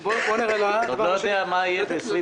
אתה עוד לא יודע מה יהיה ב-2019.